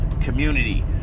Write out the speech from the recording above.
community